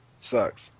sucks